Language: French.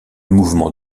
mouvement